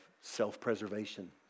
self-preservation